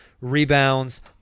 rebounds